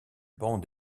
banc